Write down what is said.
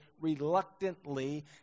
reluctantly